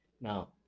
Now